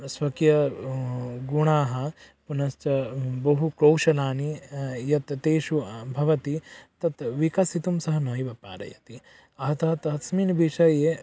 स्वकीय गुणाः पुनश्च बहु कौशल्यानि यत् तेषु भवति तत् विकसितुं सः नैव पालयति अतः तस्मिन् विषये